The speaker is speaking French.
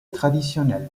traditionnelle